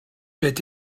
beth